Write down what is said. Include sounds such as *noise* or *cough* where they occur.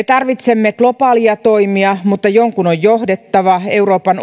*unintelligible* tarvitsemme globaaleja toimia mutta jonkun on johdettava euroopan *unintelligible*